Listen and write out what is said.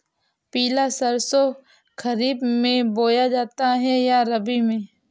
पिला सरसो खरीफ में बोया जाता है या रबी में?